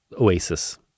Oasis